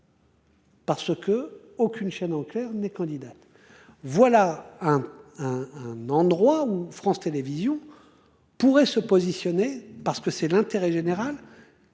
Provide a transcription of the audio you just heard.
Parce que aucune chaîne en clair n'est candidate. Voilà un. Un endroit où France Télévisions. Pourrait se positionner parce que c'est l'intérêt général.